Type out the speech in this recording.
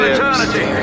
Eternity